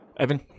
Evan